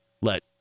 let